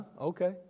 okay